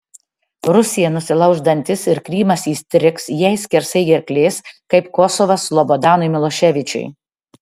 rusija nusilauš dantis ir krymas įstrigs jai skersai gerklės kaip kosovas slobodanui miloševičiui